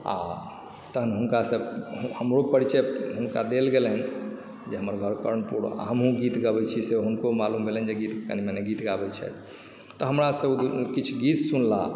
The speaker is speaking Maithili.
आ तखन हुनकासँ हमरो परिचय हुनका देल गेलैन जे हमर घर कर्णपुर आ हमहुँ गीत गबैत छी से हुनको मालूम भेलनि जे कनि मनि गीत गाबैत छथि तऽ हमरासँ ओ किछु गीत सुनलाह